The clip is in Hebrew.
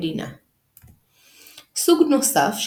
והיינו שכאשר קיים מנהג מעין זה,